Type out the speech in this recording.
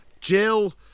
jill